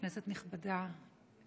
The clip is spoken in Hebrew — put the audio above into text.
כנסת נכבדה,